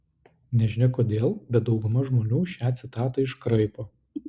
nežinia kodėl bet dauguma žmonių šią citatą iškraipo